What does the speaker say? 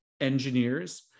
engineers